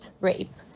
rape